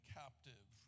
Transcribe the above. captive